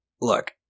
look